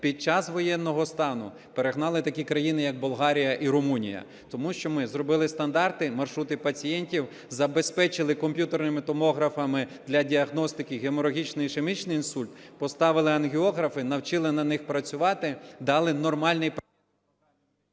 під час воєнного стану перегнали такі країни, як Болгарія і Румунія, тому що ми зробили стандарти, маршрути пацієнтів, забезпечили комп'ютерними томографами для діагностики геморагічного, ішемічного інсульту, поставили ангіографи, навчили на них працювати, дали нормальний...